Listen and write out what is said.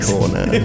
Corner